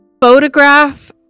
photograph